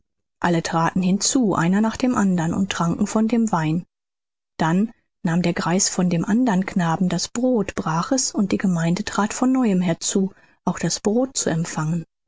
alle traten hinzu einer nach dem andern und tranken von dem wein dann nahm der greis von dem andern knaben das brot brach es und die gemeinde trat von neuem herzu auch das brot zu empfangen